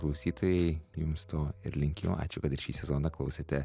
klausytojai jums to ir linkėjo ačiū kad ir šį sezoną klausėte